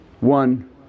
one